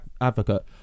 advocate